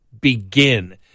begin